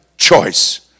Choice